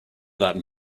that